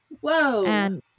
Whoa